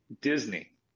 Disney